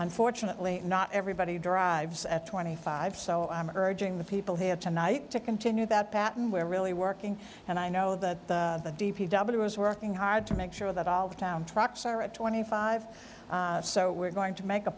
unfortunately not everybody drives at twenty five so i'm urging the people here tonight to continue that pattern we're really working and i know that the d p w is working hard to make sure that all the town trucks are at twenty five so we're going to make a